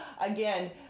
again